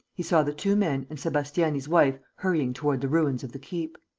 he saw the two men and sebastiani's wife hurrying toward the ruins of the keep.